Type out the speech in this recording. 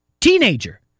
Teenager